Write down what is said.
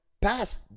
past